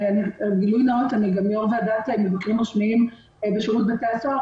גילוי נאות אני גם יו"ר ועדת מבקרים רשמיים בשירות בתי הסוהר,